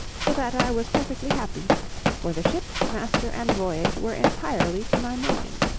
so that i was perfectly happy for the ship, master, and voyage, were entirely to my mind.